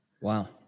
Wow